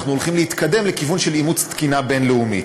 אנחנו הולכים להתקדם לכיוון של אימוץ תקינה בין-לאומית.